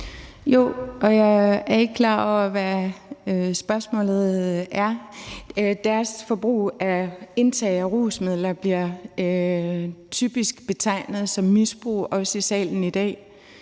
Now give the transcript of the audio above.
Jo, og jeg er ikke klar over, hvad spørgsmålet er. Deres forbrug og indtag af rusmidler bliver typisk betegnet som misbrug, også i salen i dag.